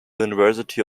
university